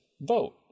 vote